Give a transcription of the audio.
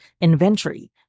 inventory